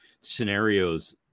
scenarios